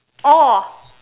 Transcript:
oh